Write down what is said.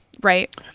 right